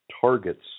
targets